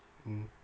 mm